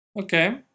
Okay